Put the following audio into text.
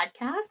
podcast